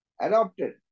adopted